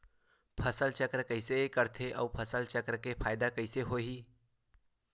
फसल चक्र कइसे करथे उ फसल चक्र के फ़ायदा कइसे से होही?